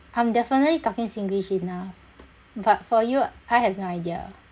I'm definitely talking singlish enough but for you I have no idea